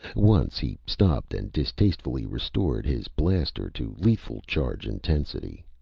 once he stopped and distastefully restored his blaster to lethal-charge intensity.